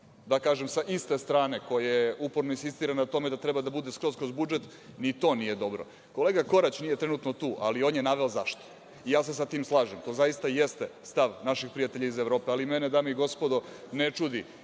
Da kažem, sa iste strane koja uporno insistira na tome da treba da bude skroz kroz budžet, ni to nije dobro. Kolega Korać trenutno nije tu, ali on je naveo zašto i ja se sa tim slažem, i to zaista jeste stav naših prijatelja iz Evrope, ali mene, dame i gospodo, ne čudi